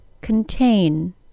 contain